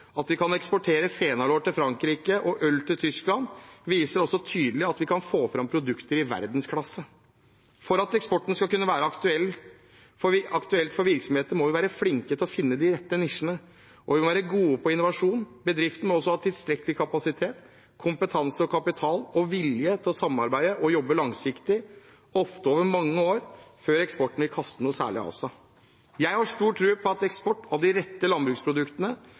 at vi kan eksportere fenalår til Frankrike og øl til Tyskland, viser også tydelig at vi kan få fram produkter i verdensklasse. For at eksport skal kunne være aktuelt for virksomheter, må vi være flinke til å finne de rette nisjene, og vi må være gode på innovasjon. Bedriftene må også ha tilstrekkelig kapasitet, kompetanse, kapital og vilje til å samarbeide og jobbe langsiktig, ofte over mange år, før eksporten vil kaste noe særlig av seg. Jeg har stor tro på at eksport av de rette landbruksproduktene